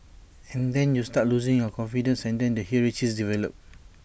and then you start losing your confidence and then the hierarchies develop